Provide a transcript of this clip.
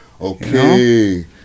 okay